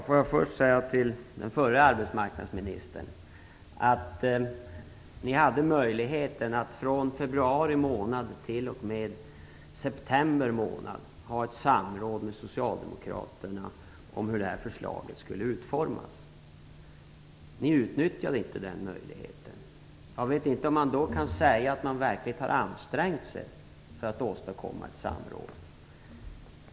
Fru talman! Till den förre arbetsmarknadsministern vill jag först säga att ni från februari till och med september hade möjlighet till ett samråd med socialdemokraterna om hur förslaget skulle utformas. Ni utnyttjade inte den möjligheten. Jag vet inte om man då kan säga att man verkligen har ansträngt sig för att åstadkomma ett samråd.